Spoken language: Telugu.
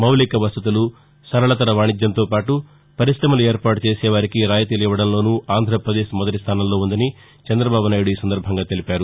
మౌలిక వసతులు సరళతర వాణిజ్యంతో పాటుపరిశ్రమలు ఏర్పాటు చేసేవారికి రాయితీలు ఇవ్వడంలోనూ ఆంధ్రప్రదేశ్ మొదటి స్థానంలో ఉందని చంద్రబాబునాయుడు తెలిపారు